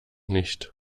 nicht